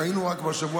ראינו רק השבוע,